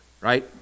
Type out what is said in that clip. right